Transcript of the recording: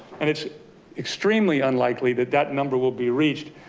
and it's extremely unlikely that that number will be reached